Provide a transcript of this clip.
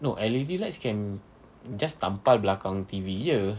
no L_E_D lights can just tampal belakang T_V jer